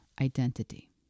identity